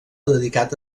dedicat